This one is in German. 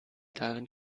darin